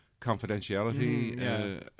confidentiality